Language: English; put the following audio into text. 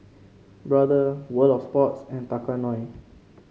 Brother World Of Sports and Tao Kae Noi